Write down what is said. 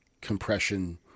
compression